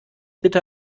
bitte